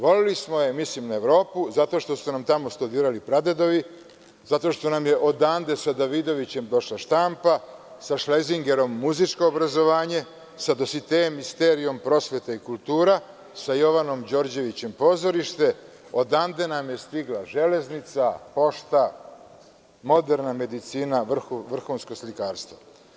Voleli smo je, mislim na Evropu, zato što su nam tamo studirali pradedovi, zato što nam je odande sa Davidovićem došla štampa, sa Šlezingerom muzičko obrazovanje, sa Dositejem i Sterijom prosveta i kultura, sa Jovanom Đorđevićem pozorište, odande nam je stigla železnica, pošta, moderna medicina, vrhunsko slikarstvo.